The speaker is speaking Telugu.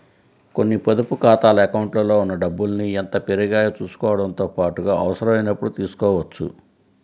కొన్ని పొదుపు ఖాతాల అకౌంట్లలో ఉన్న డబ్బుల్ని ఎంత పెరిగాయో చూసుకోవడంతో పాటుగా అవసరమైనప్పుడు తీసుకోవచ్చు